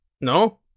No